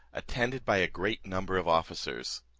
attended by a great number of officers.